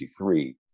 1963